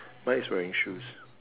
mine is wearing shoes